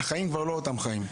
החיים כבר לא אותם חיים.